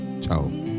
Ciao